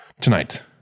tonight